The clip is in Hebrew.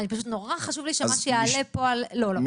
פשוט נורא חשוב לי שמה שיעלה פה --- אז